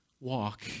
walk